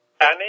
Annie